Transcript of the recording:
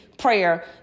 prayer